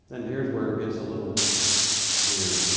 and here's where it gets a little weird.